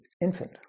infant